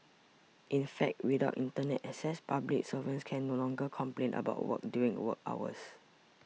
in fact without Internet access public servants can no longer complain about work during work hours